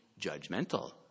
judgmental